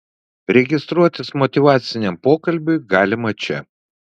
registruotis motyvaciniam pokalbiui galima čia